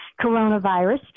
coronavirus